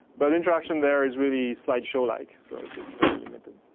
but interaction there is really slide show like. so, it's it's very limited.